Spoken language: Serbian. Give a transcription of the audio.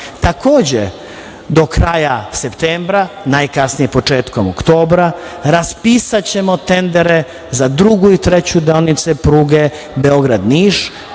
iĐunisa. Takođe, do kraja septembra, najkasnije početkom oktobra, raspisaćemo tendere za drugu i treću deonicu pruge Beograd – Niš.